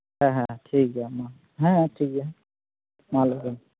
ᱦᱮᱸ ᱦᱮᱸ ᱦᱮᱸ ᱴᱷᱤᱠᱜᱮᱭᱟ ᱢᱟ ᱦᱮᱸ ᱦᱮᱸ ᱴᱷᱤᱠᱜᱮᱭᱟ ᱢᱟ ᱞᱟᱹᱭ ᱵᱮᱱ